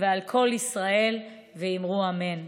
ועל כל ישראל, ואמרו אמן.